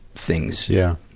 things. yeah.